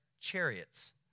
chariots